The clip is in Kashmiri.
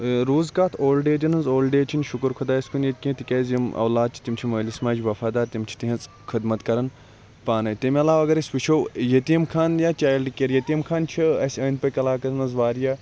روٗز کتھ اولڈ ایٚجَن ہٕنٛز اولڈ ایٚج چھِ نہٕ شُکُر خۄدایَس کُن ییٚتہِ کینٛہہ تکیاز یِم اولاد چھِ تِم چھِ مٲلِس ماجہِ وَفادار تِم چھِ تِہٕنٛز خدمت کَرَن پانے تمہِ عَلاوٕ اَگَر أسۍ وٕچھو یتیم خانہ یا چایلڈ کیر یتیم خانہ چھِ اَسہِ أنٛدۍ پٔکۍ عَلاقَس مَنٛز واریاہ